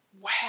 Wow